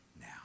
now